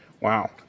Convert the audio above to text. Wow